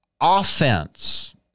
offense